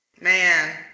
Man